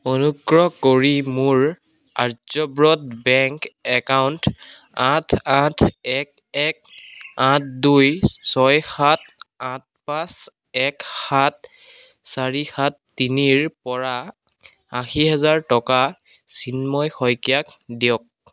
অনুগ্ৰহ কৰি মোৰ আর্যব্রত বেংক একাউণ্ট আঠ আঠ এক এক আঠ দুই ছয় সাত আঠ পাঁচ এক সাত চাৰি সাত তিনিৰ পৰা আশী হাজাৰ টকা চিন্ময় শইকীয়াক দিয়ক